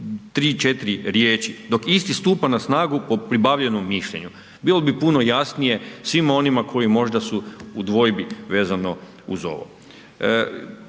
ovih 3, 4 riječi. Dok isti stupa na snagu po pribavljenom mišljenju. Bilo bi puno jasnije svima onima koji možda su u dvojbi vezano uz ovo.